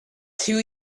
two